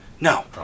No